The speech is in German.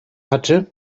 hatte